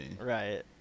Right